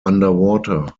underwater